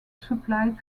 supplied